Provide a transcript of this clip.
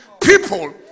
people